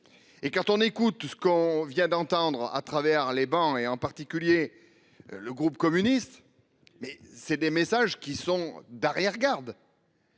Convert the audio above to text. Et quand on écoute ce qu'on vient d'entendre à travers les bancs et en particulier. Le groupe communiste. Mais c'est des messages qui sont d'arrière-garde.